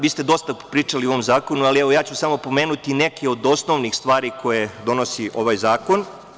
Vi ste dosta pričali o ovom zakonu, ali ja ću samo pomenuti neke od osnovnih stvari koje donosi ovaj zakon.